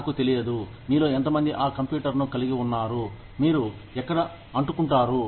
నాకు తెలియదు మీలో ఎంతమంది ఆ కంప్యూటర్ ను కలిగిఉన్నారు మీరు ఎక్కడ అంటూకుంటారు